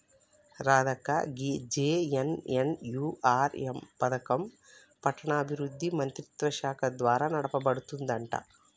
రాధక్క గీ జె.ఎన్.ఎన్.యు.ఆర్.ఎం పథకం పట్టణాభివృద్ధి మంత్రిత్వ శాఖ ద్వారా నడపబడుతుందంట